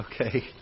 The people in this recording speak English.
okay